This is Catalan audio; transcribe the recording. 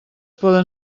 poden